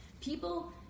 people